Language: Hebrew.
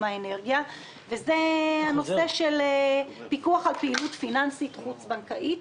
האנרגיה היא הנושא של פיקוח על פעילות פיננסית חוץ-בנקאית.